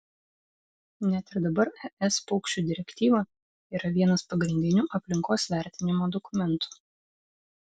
net ir dabar es paukščių direktyva yra vienas pagrindinių aplinkos vertinimo dokumentų